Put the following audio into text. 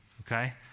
okay